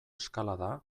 eskalada